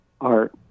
art